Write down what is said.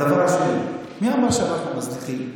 הדבר השני: מי אמר שאנחנו מזניחים?